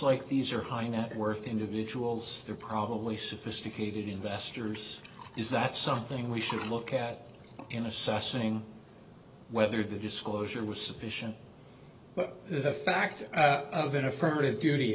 like these are high net worth individuals they're probably sophisticated investors is that's something we should look at in assessing whether the disclosure was sufficient but the fact of an affirmative duty